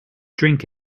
drink